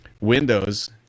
Windows